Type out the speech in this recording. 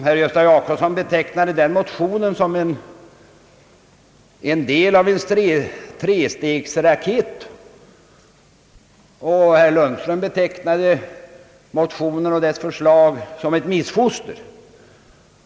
Herr Jacobsson betecknade den motionen som en del av en trestegsraket, herr Lundström kallade motionsförslaget ett missfoster.